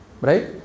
right